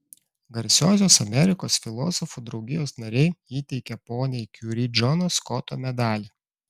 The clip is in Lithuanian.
garsiosios amerikos filosofų draugijos nariai įteikia poniai kiuri džono skoto medalį